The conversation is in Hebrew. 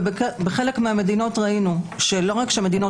ובחלק מהמדינות ראינו שלא רק שהמדינות